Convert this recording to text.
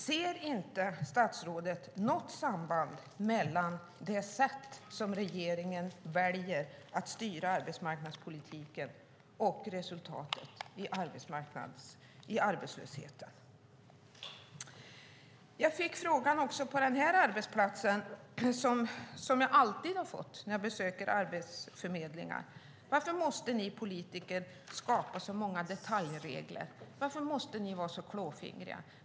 Ser inte statsrådet något samband mellan det sätt som regeringen väljer att styra arbetsmarknadspolitiken och resultatet i antalet arbetslösa? Jag fick även på den här arbetsplatsen de frågor jag alltid får när jag besöker arbetsförmedlingar: Varför måste ni politiker skapa så många detaljregler? Varför måste ni vara så klåfingriga?